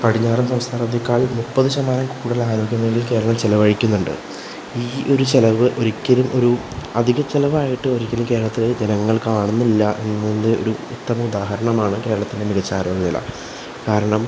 പടിഞ്ഞാറൻ സംസ്ഥാനത്തേക്കാൾ മുപ്പത് ശതമാനം കൂടുതൽ ആരോഗ്യ മേഖലയിൽ കേരളം ചിലവഴിക്കുന്നുണ്ട് ഈ ഒരു ചിലവ് ഒരിക്കലും ഒരു അധിക ചിലവായിട്ട് ഒരിക്കലും കേരളത്തിലെ ജനങ്ങൾ കാണുന്നില്ല എന്നതിൻ്റെ ഒരു ഉത്തമ ഉദാഹരണമാണ് കേരളത്തിലെ മികച്ച ആരോഗ്യ നില കാരണം